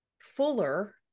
fuller